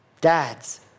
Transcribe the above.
Dads